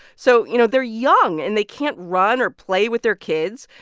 so, you know, they're young, and they can't run or play with their kids.